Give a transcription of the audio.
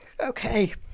Okay